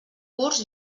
curs